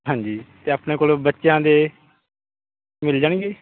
ਹਾਂਜੀ ਅਤੇ ਆਪਣੇ ਕੋਲੋਂ ਬੱਚਿਆਂ ਦੇ ਮਿਲ ਜਾਣਗੇ